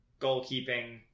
goalkeeping